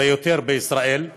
ביותר בישראל,